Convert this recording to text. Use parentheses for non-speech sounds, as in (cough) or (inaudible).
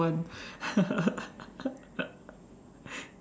(laughs)